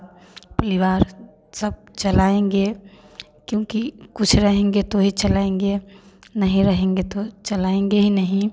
परिवार सब चलाएँगे क्योंकि कुछ रहेंगे तो ही चलाएँगे नहीं रहेंगे तो चलाएँगे ही नहीं